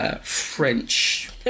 French